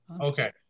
okay